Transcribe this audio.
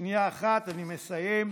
שנייה אחת, אני מסיים.